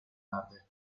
verdi